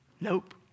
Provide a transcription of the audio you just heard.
Nope